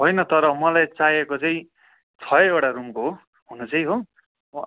होइन तर मलाई चाहिएको चाहिँ छैवटा रुमको हो हुनु चाहिँ हो